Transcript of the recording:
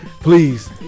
Please